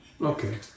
Okay